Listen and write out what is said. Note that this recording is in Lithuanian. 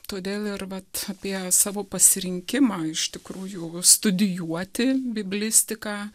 todėl ir vat apie savo pasirinkimą iš tikrųjų studijuoti biblistiką